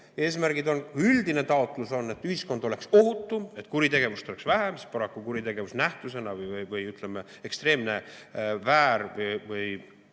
Eesmärgid on, üldine taotlus on, et ühiskond oleks ohutum, et kuritegevust oleks vähem, sest paraku kuritegevus nähtusena või, ütleme, ekstreemne väär või